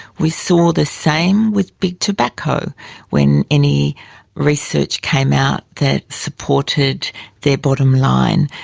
we saw the same with big tobacco when any research came out that supported their bottom line,